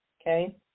Okay